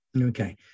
okay